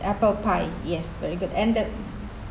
apple pie yes very good and the